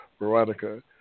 Veronica